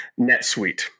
NetSuite